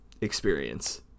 experience